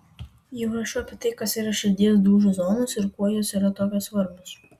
jau rašiau apie tai kas yra širdies dūžių zonos ir kuo jos yra tokios svarbios